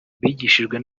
bigishijwe